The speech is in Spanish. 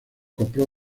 compró